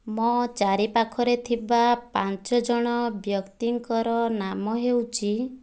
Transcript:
ମୋ ଚାରିପାଖରେ ଥିବା ପାଞ୍ଚଜଣ ବ୍ୟକ୍ତିଙ୍କର ନାମ ହେଉଛି